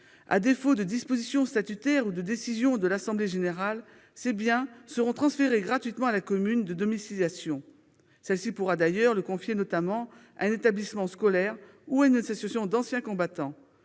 à défaut de dispositions statutaires ou de décision de l'assemblée générale, ses biens seront transférés gratuitement à la commune de domiciliation. Celle-ci pourra d'ailleurs confier les drapeaux à un établissement scolaire ou à une autre association d'anciens combattants,